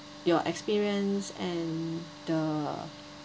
your experience and the